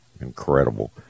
Incredible